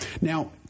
Now